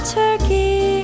turkey